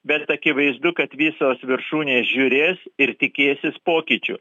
bet akivaizdu kad visos viršūnės žiūrės ir tikėsis pokyčių